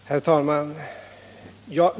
Herr talman!